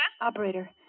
Operator